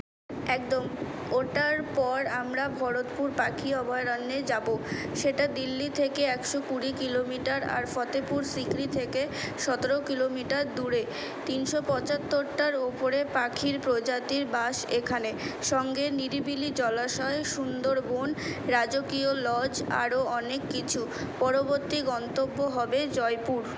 একদম ওটার পর আমরা ভরতপুর পাখি অভয়ারণ্যে যাব সেটা দিল্লি থেকে একশো কুড়ি কিলোমিটার আর ফতেপুর সিকরি থেকে সতেরো কিলোমিটার দূরে তিনশো পঁচাত্তরটার উপরে পাখির প্রজাতির বাস এখানে সঙ্গে নিরিবিলি জলাশয় সুন্দরবন রাজকীয় লজ আরও অনেক কিছু পরবর্তি গন্তব্য হবে জয়পুর